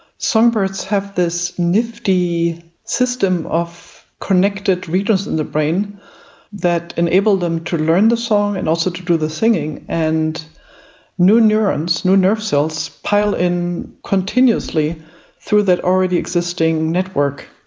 songbirds have this nifty system of connected regions in the brain that enable them to learn the song and also to do the singing, and new neurons new nerve cells pile in continuously through that already existing network.